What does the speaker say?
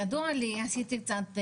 ידוע לי, עשיתי קצת סקר,